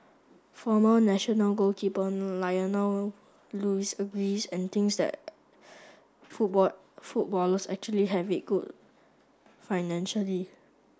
former national goalkeeper Lionel Lewis agrees and thinks that football footballers actually have it good financially